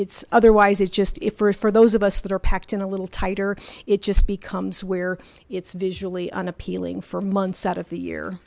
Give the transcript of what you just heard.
it's otherwise it's just if first for those of us that are packed in a little tighter it just becomes where it's visually unappealing for months out of the year